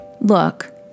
Look